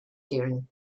during